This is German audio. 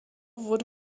wurde